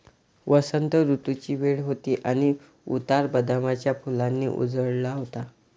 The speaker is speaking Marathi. वसंत ऋतूची वेळ होती आणि उतार बदामाच्या फुलांनी उजळला होता